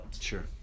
Sure